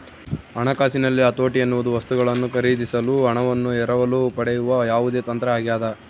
ಹಣಕಾಸಿನಲ್ಲಿ ಹತೋಟಿ ಎನ್ನುವುದು ವಸ್ತುಗಳನ್ನು ಖರೀದಿಸಲು ಹಣವನ್ನು ಎರವಲು ಪಡೆಯುವ ಯಾವುದೇ ತಂತ್ರ ಆಗ್ಯದ